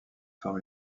forme